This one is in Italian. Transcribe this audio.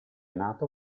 nato